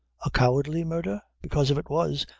a cowardly murdher? because if it was,